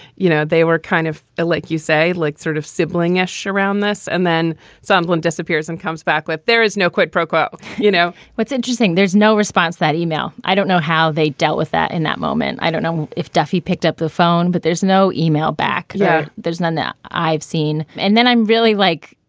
you know, they were kind of like you say, like sort of sibling ash around this and then someone disappears and comes back with. there is no quid pro quo you know what's interesting? there's no response. that e-mail. i don't know how they dealt with that in that moment. i don't know if duffy picked up the phone, but there's no email back. yeah there's none that i've seen. and then i'm really, like,